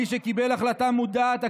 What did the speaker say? מי שקיבל החלטה מודעת,